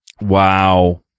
Wow